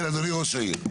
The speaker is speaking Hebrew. כן, אדוני ראש העיר.